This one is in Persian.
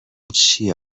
چیه